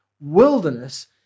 wilderness